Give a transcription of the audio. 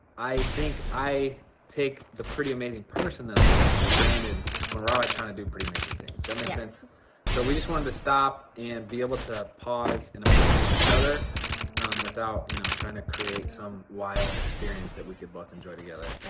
i think i take the pretty amazing person that i'm with for granted when we're always trying to do pretty amazing things. does that make sense? yes. so we just wanted to stop and be able to pause and appreciate each other without you know trying to create some wild experience that we could both enjoy together. and